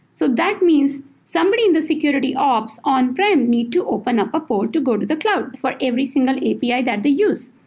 so that means somebody in the security ops on-prem need to open up a pool to go to the cloud for every single api that they use.